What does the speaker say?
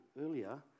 earlier